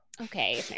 Okay